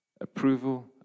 Approval